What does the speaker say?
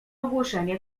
ogłoszenie